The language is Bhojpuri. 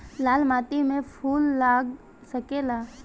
लाल माटी में फूल लाग सकेला?